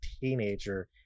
teenager